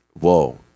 whoa